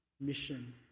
mission